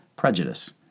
prejudice